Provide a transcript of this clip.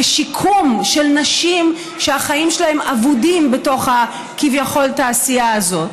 בשיקום של נשים שהחיים שלהן אבודים בתוך הכביכול-תעשייה הזאת.